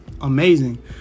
amazing